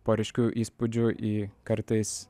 po ryškių įspūdžių į kartais